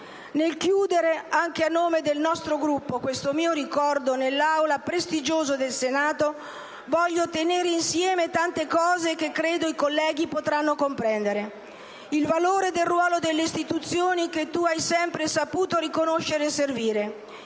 nel chiudere anche a nome del nostro Gruppo, questo mio ricordo nell'Aula prestigiosa del Senato, voglio tenere insieme tante cose che credo i colleghi potranno comprendere: il valore del ruolo delle istituzioni che tu hai sempre saputo riconoscere e servire,